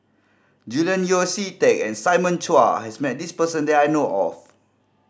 Julian Yeo See Teck and Simon Chua has met this person that I know of